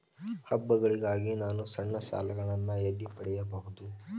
ಹಬ್ಬಗಳಿಗಾಗಿ ನಾನು ಸಣ್ಣ ಸಾಲಗಳನ್ನು ಎಲ್ಲಿ ಪಡೆಯಬಹುದು?